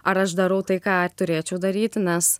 ar aš darau tai ką turėčiau daryti nes